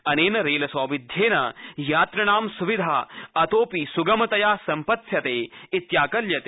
अनेन रेलयानसौविध्येन यात्रिणां सुविधा अतोऽपि सुगमतया सम्पत्स्यते इत्याकल्यते